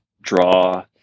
draw